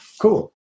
cool